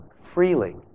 freely